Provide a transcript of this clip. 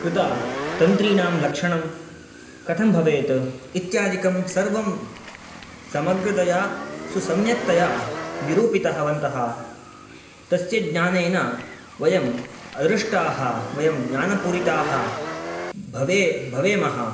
कृत तन्त्रीणां लक्षणं कथं भवेत् इत्यादिकं सर्वं समग्रतया सुसम्यक्तया निरूपितवन्तः तस्य ज्ञानेन वयम् अदृष्टाः वयं ज्ञानपूरिताः भवे भवेमः